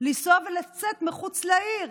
לנסוע ולצאת מחוץ לעיר.